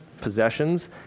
possessions